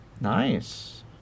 Nice